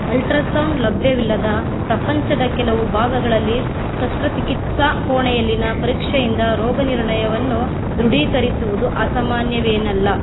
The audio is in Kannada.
ಅಲ್ಟ್ರಾ ಸೌಂಡ್ ಲಭ್ಯವಿಲ್ಲದ ಪ್ರಪಂಚದ ಕೆಲವು ಭಾಗಗಳಲ್ಲಿ ಶಸ್ತ್ರ ಚಿಕಿತ್ಸಾ ಕೋಣೆಯಲ್ಲಿನ ಪರೀಕ್ಷೆಯಿಂದ ರೋಗ ನಿರ್ಣಯವನ್ನು ದೃಢೀಕರಿಸುವುದು ಅಸಾಮಾನ್ಯವೇನಲ್ಲ